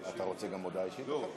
אתה רוצה גם הודעה אישית עליו?